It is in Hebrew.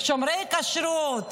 שומרי כשרות,